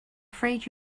afraid